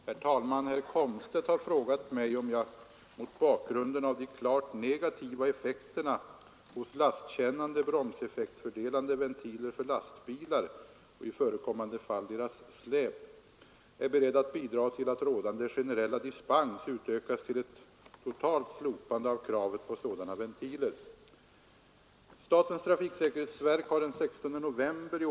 Herr talman! Herr Komstedt har frågat mig om jag mot bakgrunden av de klart negativa effekterna hos lastkännande, bromseffektfördelande ventiler för lastbilar och, i förekommande fall, deras släp, är beredd att bidra till att rådande generella dispens utökas till ett totalt slopande av kravet på sådana ventiler. försedda med automatiska bromskraftregulatorer.